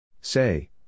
Say